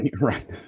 Right